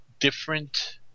different